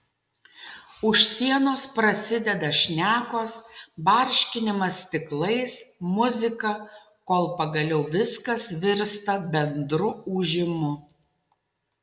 už sienos prasideda šnekos barškinimas stiklais muzika kol pagaliau viskas virsta bendru ūžimu